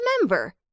remember